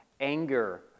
anger